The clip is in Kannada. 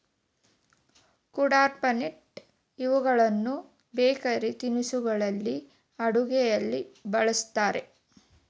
ಕುಡ್ಪನಟ್ ಇವುಗಳನ್ನು ಬೇಕರಿ ತಿನಿಸುಗಳಲ್ಲಿ, ಅಡುಗೆಯಲ್ಲಿ ಬಳ್ಸತ್ತರೆ